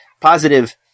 positive